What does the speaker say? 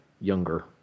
younger